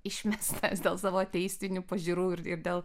išmestas dėl savo teisinių pažiūrų ir ir dėl